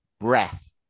breath